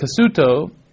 Kasuto